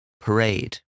parade